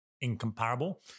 incomparable